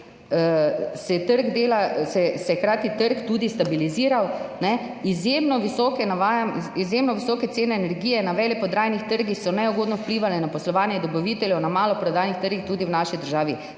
se je s tem trg dela tudi stabiliziral. Izjemno visoke cene energije na veleprodajnih trgih so neugodno vplivale na poslovanje dobaviteljev na maloprodajnih trgih, tudi v naši državi.